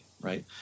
right